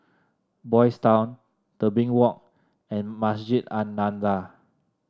Boys' Town Tebing Walk and Masjid An Nahdhah